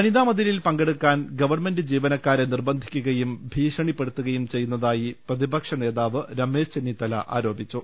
വനിതാമതിലിൽ പങ്കെടുക്കാൻ ഗവൺമെന്റ് ജീവനക്കാരെ നിർബ ന്ധിക്കുകയും ഭീഷണിപ്പെടുത്തുകയും ചെയ്യുന്നതായി പ്രതിപക്ഷ നേതാവ് രമേശ് ചെന്നിത്തല ആരോപിച്ചു